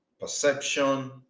perception